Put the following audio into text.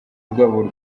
rwabo